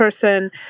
person